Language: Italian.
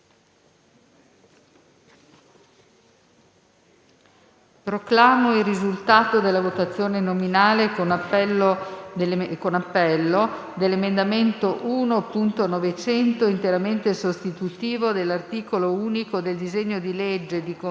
Proclamo il risultato della votazione nominale con appello dell'emendamento 1.900 (testo corretto), interamente sostitutivo dell'articolo unico del disegno di legge di conversione